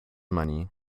money